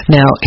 Now